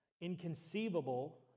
inconceivable